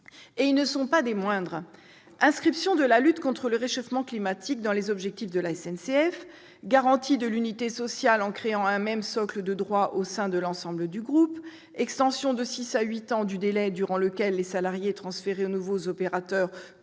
qui ne sont pas des moindres : inscription de la lutte contre le réchauffement climatique dans les objectifs de la SNCF ; garantie de l'unité sociale par la création d'un même socle de droits au sein de l'ensemble du groupe ; extension de six à huit ans du délai durant lequel les salariés transférés aux nouveaux opérateurs pourront